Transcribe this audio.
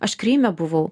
aš kryme buvau